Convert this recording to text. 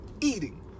eating